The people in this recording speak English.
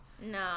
No